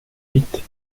huit